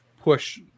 push